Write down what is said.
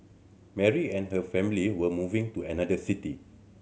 Mary and her family were moving to another city